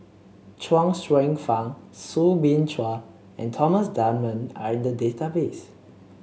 Chuang Hsueh Fang Soo Bin Chua and Thomas Dunman are in the database